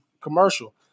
commercial